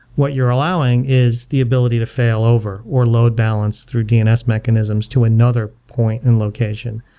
what you're allowing is the ability to fail over or load balance through dns mechanisms to another point and location.